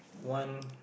one